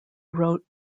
wrote